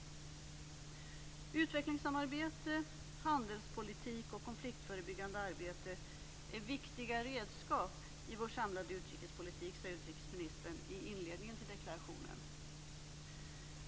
Utvecklingssamarbete, handelspolitik och konfliktförebyggande arbete är viktiga redskap i vår samlade utrikespolitik, sade utrikesministern i inledningen till deklarationen.